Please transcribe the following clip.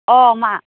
अ' मा